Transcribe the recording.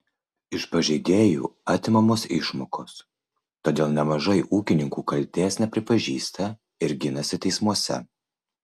iš pažeidėjų atimamos išmokos todėl nemažai ūkininkų kaltės nepripažįsta ir ginasi teismuose